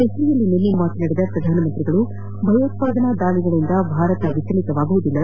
ದೆಪಲಿಯಲ್ಲಿ ನಿನ್ನೆ ಮಾತನಾಡಿದ ಪ್ರಧಾನ ಮಂತ್ರಿ ಭಯೋತ್ಪಾದನಾ ದಾಳಗಳಿಂದ ಭಾರತ ವಿಚಲಿತಗೊಳ್ಳುವುದಿಲ್ಲ